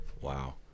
Wow